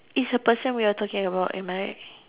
it's a person we are talking about am I right